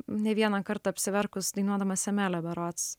ne vieną kartą apsiverkus dainuodama semelio berods